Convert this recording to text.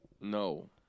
No